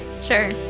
Sure